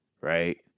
right